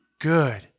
good